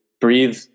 breathe